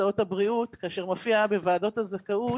מקצועות הבריאות כשמופיע בוועדות הזכאות-